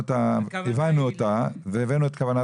אנחנו